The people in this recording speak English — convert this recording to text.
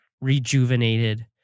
rejuvenated